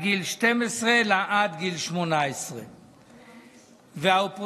חבר הכסת משה שמעון רוט,